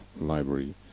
library